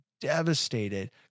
devastated